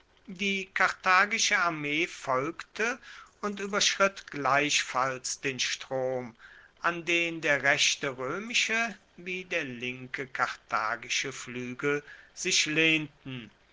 die karthagische armee folgte und ueberschritt gleichfalls den strom an den der rechte roemische wie der linke karthagische fluegel sich lehnten